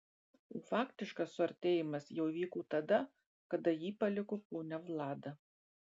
o faktiškas suartėjimas jau įvyko tada kada jį paliko ponia vlada